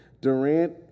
Durant